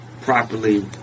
Properly